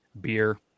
beer